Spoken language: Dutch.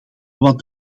wat